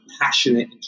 passionate